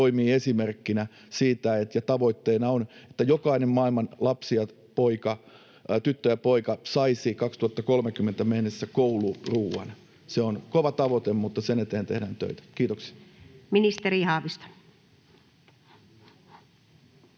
toimii esimerkkinä siitä, ja tavoitteena on, että jokainen maailman lapsi, tyttö ja poika, saisi 2030 mennessä kouluruoan. Se on kova tavoite, mutta sen eteen tehdään töitä. — Kiitoksia. Ministeri Haavisto.